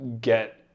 get